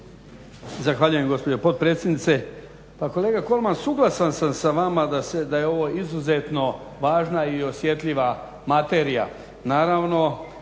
Zahvaljujem gospođo potpredsjednice. Pa kolega Kolman suglasan sam sa vama da je ovo izuzetno važna i osjetljiva materija.